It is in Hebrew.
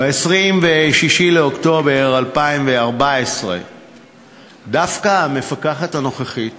ב-26 באוקטובר 2014 דווקא המפקחת הנוכחית,